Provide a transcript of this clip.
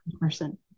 person